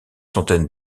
centaines